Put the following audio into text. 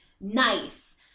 nice